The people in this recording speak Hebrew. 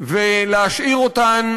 ולהשאיר אותן